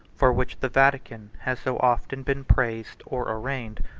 for which the vatican has so often been praised or arraigned,